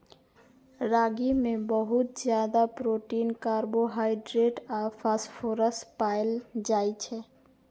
रागी मे बहुत ज्यादा प्रोटीन, कार्बोहाइड्रेट आ फास्फोरस पाएल जाइ छै